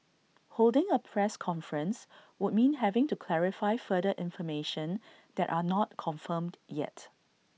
holding A press conference would mean having to clarify further information that are not confirmed yet